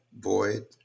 void